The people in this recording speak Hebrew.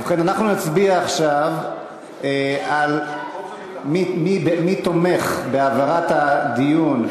אנחנו נצביע עכשיו מי תומך בהעברת הדיון,